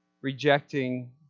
rejecting